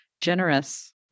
generous